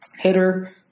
hitter